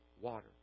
water